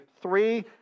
three